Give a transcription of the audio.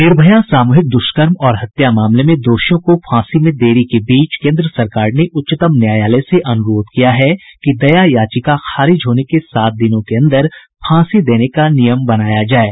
निर्भया सामूहिक दुष्कर्म और हत्या मामले में दोषियों को फांसी में देरी के बीच केन्द्र सरकार ने उच्चतम न्यायालय से अनुरोध किया है कि दया याचिका खारिज होने के सात दिनों के अंदर फांसी देने का नियम बनाया जाये